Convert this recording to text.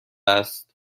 است